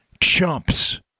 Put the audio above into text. Chumps